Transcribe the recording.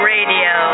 Radio